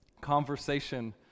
conversation